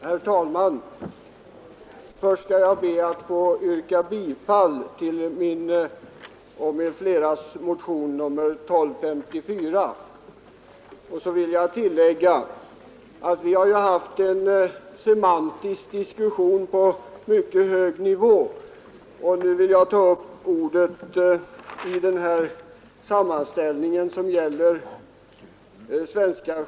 Herr talman! Först skall jag be att få yrka bifall till motion nr 1254. Vi har nyss haft en semantisk diskussion på hög nivå. Jag vill nu ta upp ordet ”Svenska sjömansvårdsstyrelsen” till diskussion.